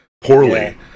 poorly